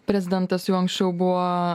prezidentas jau anksčiau buvo